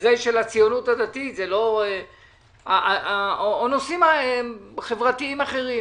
שזה של הציונות הדתית, או נושאים חברתיים אחרים.